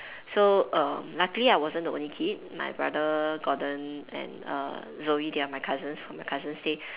so err luckily I wasn't the only kid my brother Gordon and err Zoe they are my cousins how my cousins they